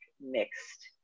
mixed